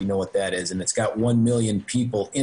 ויש בו מיליון אנשים.